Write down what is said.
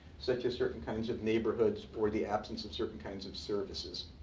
such as certain kinds of neighborhoods, or the absence of certain kinds of services.